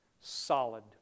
solid